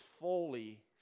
fully